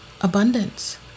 Abundance